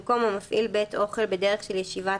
במקום "המפעיל בית אוכל בדרך של ישיבת